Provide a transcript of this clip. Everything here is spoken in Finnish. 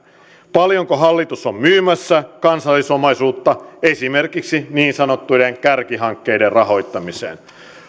paljonko hallitus on myymässä kansallisomaisuutta esimerkiksi niin sanottujen kärkihankkeiden rahoittamiseen